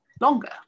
longer